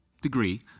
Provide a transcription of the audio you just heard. degree